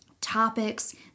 topics